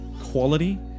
quality